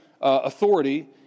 authority